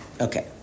Okay